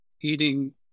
eating